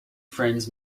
friends